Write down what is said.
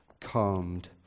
calmed